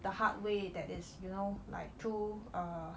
the hard way that is you know like through err